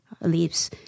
leaves